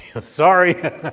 Sorry